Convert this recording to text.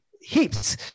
heaps